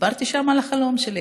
וסיפרתי שם על החלום שלי,